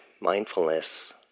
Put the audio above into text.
mindfulness